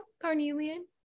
Carnelian